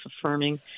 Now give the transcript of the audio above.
affirming